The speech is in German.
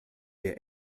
der